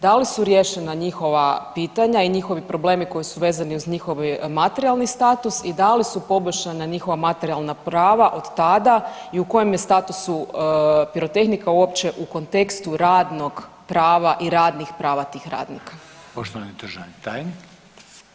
Da li su riješena njihova pitanja i njihovi problemi koji su vezani uz njihov materijalni status i da li su poboljšana njihova materijalna prava od tada i u kojem je statusu pirotehnika uopće u kontekstu radnog prava i radnih prava tih radnika?